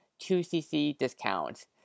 2CCDiscount